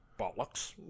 bollocks